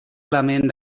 element